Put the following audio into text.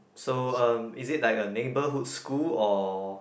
so um is it like a neighbourhood school or